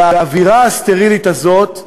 האווירה הסטרילית הזאת,